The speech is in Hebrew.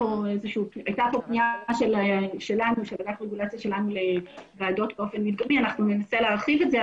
הייתה כאן פנייה שלנו לוועדות וננסה להרחיב את זה.